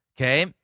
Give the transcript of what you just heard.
Okay